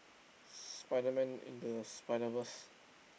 Spider-Man into the Spider-Verse